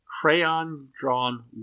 crayon-drawn